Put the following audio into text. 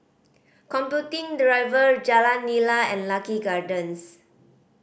Computing Drive Jalan Nira and Lucky Gardens